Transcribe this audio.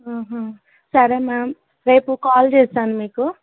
సరే మ్యామ్ రేపు కాల్ చేస్తాను మీకు